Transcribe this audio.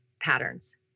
patterns